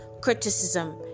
criticism